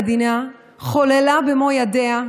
המדינה חוללה במו ידיה,